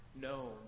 no